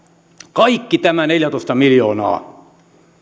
kaikki tämä neljätoista miljoonaa